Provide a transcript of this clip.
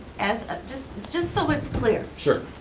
as, ah just just so it's clear. sure.